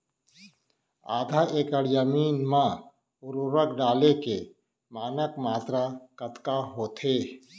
आधा एकड़ जमीन मा उर्वरक डाले के मानक मात्रा कतका होथे?